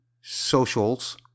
socials